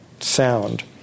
sound